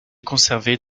conservées